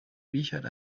wiechert